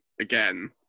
again